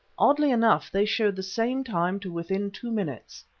oddly enough, they showed the same time to within two minutes.